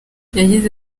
yagize